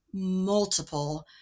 multiple